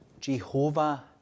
Jehovah